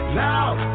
loud